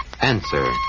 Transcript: Answer